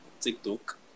TikTok